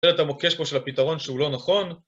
תראה את המוקש פה של הפתרון שהוא לא נכון